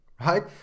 right